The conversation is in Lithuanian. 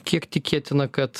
kiek tikėtina kad